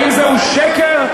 האם זהו שקר,